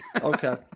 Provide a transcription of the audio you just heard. Okay